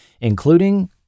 including